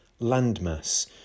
landmass